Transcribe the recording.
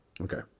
Okay